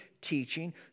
teaching